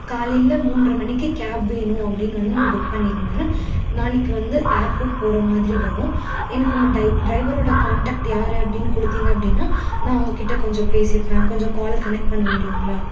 காலையில் மூன்றை மணிக்கு கேப் வேணும் அப்படின்னு வந்து நான் புக் பண்ணியிருந்தேன் நாளைக்கு வந்து ஏர்போர்ட் போகிற மாதிரி வரும் எனக்கு உங்க டை ட்ரைவரோடு காண்டக்ட் யார் அப்படின்னு கொடுத்தீங்க அப்டின்னா நான் அவங்ககிட்ட கொஞ்சம் பேசிப்பேன் கொஞ்சம் கால் கனெக்ட் பண்ண முடியுங்களா